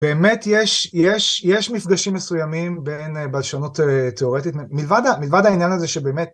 באמת יש מפגשים מסוימים בין בלשנות תאורטית. מלבד העניין הזה שבאמת